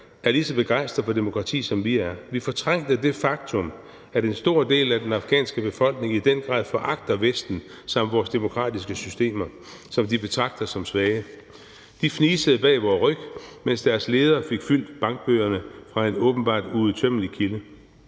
er ligeså begejstrede for demokrati, som vi er, vi fortrængte det faktum, at en stor del af den afghanske befolkning i den grad foragter Vesten samt vores demokratiske systemer, som de betragter som svage. De fnisede bag vores ryg, mens deres ledere fik fyldt bankbøgerne fra en åbenbart uudtømmelig kilde.